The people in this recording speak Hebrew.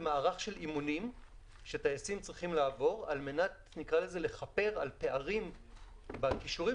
אימונים שטייסים צריכים לעבור על מנת לכפר על פערים בכישורים